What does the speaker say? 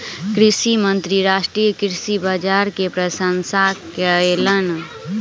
कृषि मंत्री राष्ट्रीय कृषि बाजार के प्रशंसा कयलैन